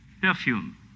perfume